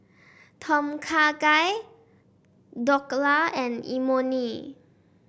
Tom Kha Gai Dhokla and Imoni